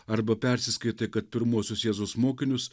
arba persiskaitai kad pirmuosius jėzaus mokinius